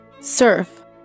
Surf